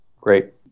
Great